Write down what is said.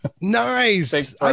nice